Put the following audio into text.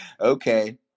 Okay